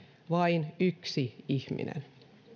vain yksi ihminen